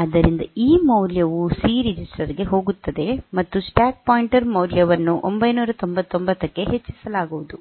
ಆದ್ದರಿಂದ ಈ ಮೌಲ್ಯವು ಸಿ ರಿಜಿಸ್ಟರ್ ಗೆ ಹೋಗುತ್ತದೆ ಮತ್ತು ಸ್ಟ್ಯಾಕ್ ಪಾಯಿಂಟರ್ ಮೌಲ್ಯವನ್ನು 999 ಕ್ಕೆ ಹೆಚ್ಚಿಸಲಾಗುವುದು